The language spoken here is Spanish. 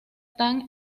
tang